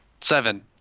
Seven